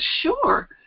sure